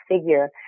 figure